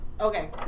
Okay